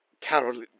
Carol